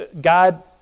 God